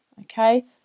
Okay